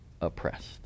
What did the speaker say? oppressed